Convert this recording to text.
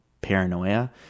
paranoia